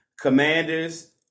Commanders